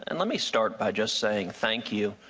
and let me start by just saying thank you.